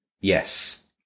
Yes